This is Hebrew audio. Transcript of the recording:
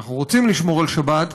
ואנחנו רוצים לשמור על שבת,